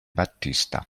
battista